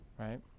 right